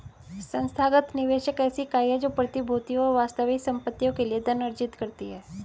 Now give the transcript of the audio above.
संस्थागत निवेशक ऐसी इकाई है जो प्रतिभूतियों और वास्तविक संपत्तियों के लिए धन अर्जित करती है